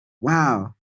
wow